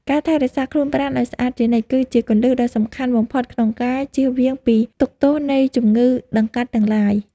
ការថែរក្សាខ្លួនប្រាណឱ្យស្អាតជានិច្ចគឺជាគន្លឹះដ៏សំខាន់បំផុតក្នុងការចៀសវាងពីទុក្ខទោសនៃជំងឺដង្កាត់ទាំងឡាយ។